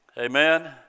amen